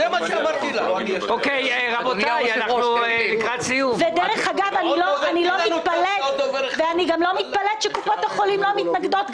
דרך אגב, אני לא מתפלאת שקופות החולים לא מתנגדות.